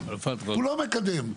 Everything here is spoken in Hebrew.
הוא לא מקדם,